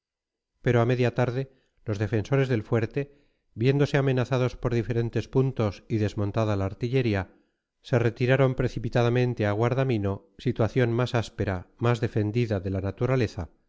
pero a media tarde los defensores del fuerte viéndose amenazados por diferentes puntos y desmontada la artillería se retiraron precipitadamente a guardamino situación más áspera más defendida de la naturaleza